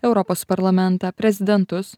europos parlamentą prezidentus